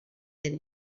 ere